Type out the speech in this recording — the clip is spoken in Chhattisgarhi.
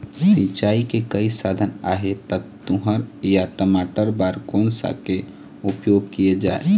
सिचाई के कई साधन आहे ता तुंहर या टमाटर बार कोन सा के उपयोग किए जाए?